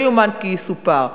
לא יאומן כי יסופר.